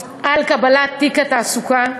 על קבלת תיק התעסוקה.